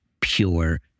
pure